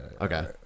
Okay